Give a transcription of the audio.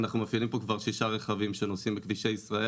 אנחנו מפעילים פה כבר שישה רכבים שנוסעים בכבישי ישראל.